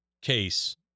case